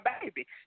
baby